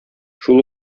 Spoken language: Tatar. шул